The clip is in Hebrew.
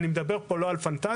אני לא מדבר פה על פנטזיה,